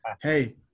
hey